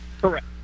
Correct